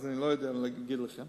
אז אני לא יודע להגיד לכם.